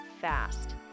FAST